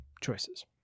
choices